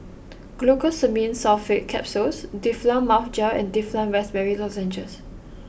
Glucosamine Sulfate Capsules Difflam Mouth Gel and Difflam Raspberry Lozenges